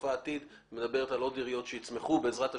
צופה עתיד שמדברת על עוד עיריות שיצמחו בעזרת השם.